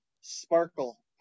sparkle